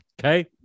Okay